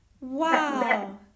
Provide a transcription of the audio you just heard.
Wow